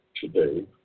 today